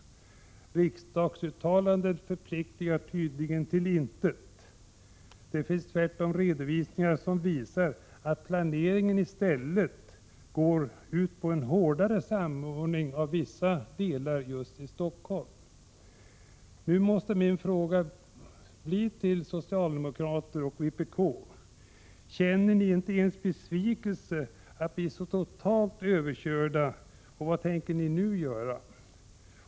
Riksdagsuttalandet förpliktar tydligen till intet. Det finns redovisningar som visar att planeringen i stället går ut på en hårdare samordning av vissa delar just till Stockholm. Jag måste nu fråga socialdemokrater och vpk: Känner ni inte ens besvikelse över att bli så totalt överkörda? Och vad tänker ni nu göra?